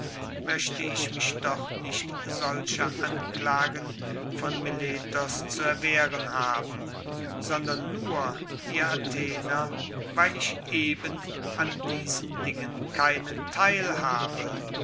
möchte ich mich doch nicht solcher anklagen von meletos zu erwehren haben sondern nur ihr athener weil ich eben an diesen dingen keinen teil habe